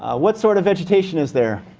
ah what sort of vegetation is there?